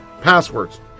passwords